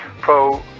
pro